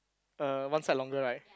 uh one side longer right